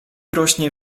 rośnie